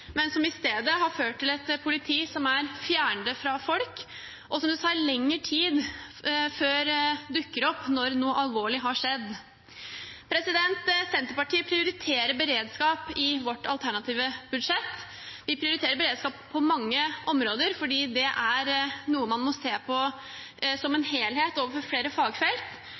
men som i stedet har ført til et politi som er fjernere fra folk, og som det tar lengre tid før dukker opp når noe alvorlig har skjedd. Vi i Senterpartiet prioriterer beredskap i vårt alternative budsjett. Vi prioriterer beredskap på mange områder, for det er noe man må se på som en helhet for flere fagfelt,